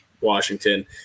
Washington